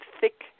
thick